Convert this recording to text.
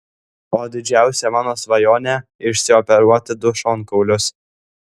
o didžiausia mano svajonė išsioperuoti du šonkaulius